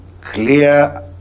clear